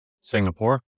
Singapore